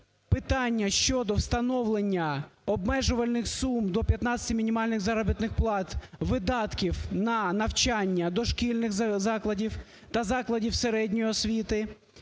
питання щодо встановлення обмежувальних сум до 15 мінімальних заробітних плат видатків на навчання дошкільних закладів та закладів середньої освіти